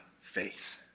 faith